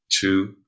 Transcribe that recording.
two